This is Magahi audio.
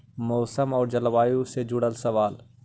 मौसम और जलवायु से जुड़ल सवाल?